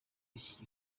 iki